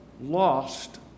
lost